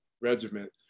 regiment